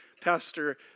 Pastor